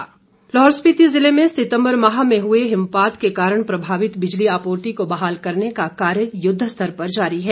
लाहौल बिजली लाहौल स्पिति जिले में सितम्बर माह में हए हिमपात के कारण प्रभावित बिजली आपूर्ति को बहाल करने का कार्य युद्ध स्तर पर जारी है